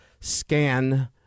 scan